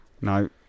No